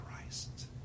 Christ